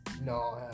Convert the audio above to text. no